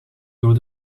door